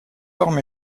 formes